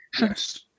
Yes